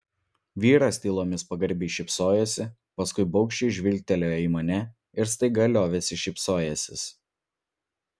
vyras tylomis pagarbiai šypsojosi paskui baugščiai žvilgtelėjo į mane ir staiga liovėsi šypsojęsis